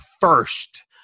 first